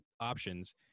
options